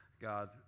God